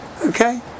Okay